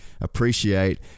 appreciate